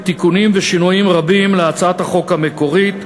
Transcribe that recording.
תיקונים ושינויים רבים להצעת החוק המקורית,